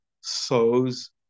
sows